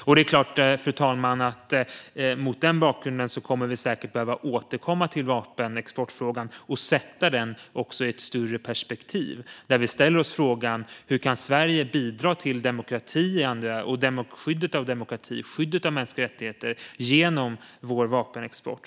Mot denna bakgrund, fru talman, kommer vi säkert att behöva återkomma till vapenexportfrågan, sätta den i ett större perspektiv och ställa oss frågan hur vi i Sverige kan bidra till demokrati, skyddet av demokrati och skyddet av mänskliga rättigheter genom vår vapenexport.